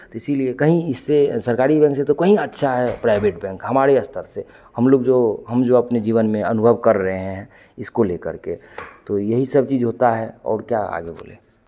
तो इसीलिए कहीं इससे सरकारी बैंक से तो कहीं अच्छा है प्राइवेट बैंक हमारे स्तर से हम लोग जो हम जो अपने जीवन में अनुभव कर रहे हैं इसको लेकर के तो यही सब चीज़ होता है और क्या आगे बोलें